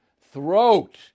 Throat